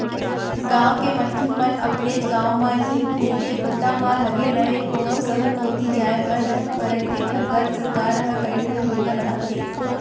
गाँव के मनखे मन अपनेच गाँव म ही रहिके बूता म लगे राहय, कोनो सहर कोती जाय बर झन परय तेखर बर सरकार ह कइठन योजना बनाथे